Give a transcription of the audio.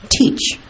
teach